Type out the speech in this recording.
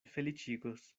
feliĉigos